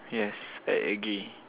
yes I agree